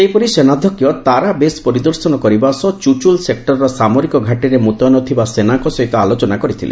ସେହିପରି ସେନାଧ୍ୟକ୍ଷ ତାରା ବେଶ୍ ପରିଦର୍ଶନ କରିବା ସହ ଚୁଚୁଲ୍ ସେକ୍ଟରର ସାମରିକ ଘାଟିରେ ମୁତୟନ ଥିବା ସେନାଙ୍କ ସହିତ ଆଲୋଚନା କରିଥିଲେ